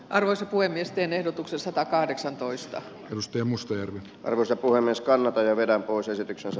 arvoisa puhemies teen ehdotuksen satakahdeksantoista plus ja musta arvoisa puhemies kannattaja vetää pois esityksensä